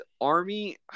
Army